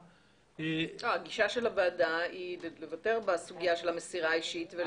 הוועדה מוותרת בסוגית המסירה האישית.